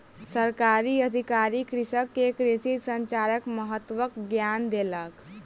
सरकारी अधिकारी कृषक के कृषि संचारक महत्वक ज्ञान देलक